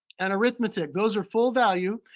and arithmetic, those are full value.